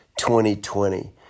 2020